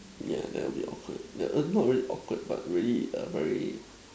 yeah that will be awkward the err not really awkward but really err very